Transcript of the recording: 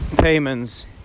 payments